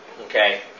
okay